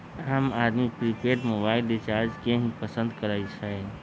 आम आदमी prepaid mobile recharge के ही पसंद करई छई